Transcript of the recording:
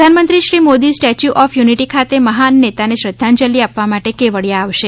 પ્રધાનમંત્રી Shri Modi statue of unity ખાતે મહાન નેતાને શ્રદ્ધાંજલી આપવા માટે ગુજરાતના કેવડિયા જશે